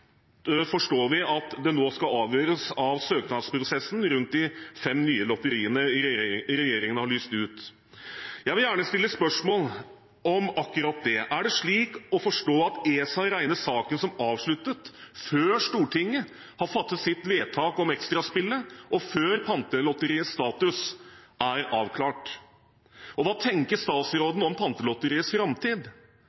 forstår vi at det nå skal avgjøres av søknadsprosessen rundt de fem nye lotteriene regjeringen har lyst ut. Jeg vil gjerne stille spørsmål om akkurat det: Er det slik å forstå at ESA regner saken som avsluttet før Stortinget har fattet sitt vedtak om Extraspillet og før Pantelotteriets status er avklart? Og hva tenker statsråden om Pantelotteriets framtid?